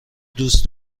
دوس